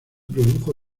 produjo